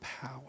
power